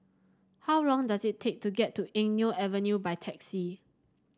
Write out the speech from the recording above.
how long does it take to get to Eng Neo Avenue by taxi